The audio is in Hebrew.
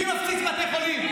מי מפציץ בתי חולים?